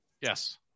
Yes